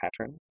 pattern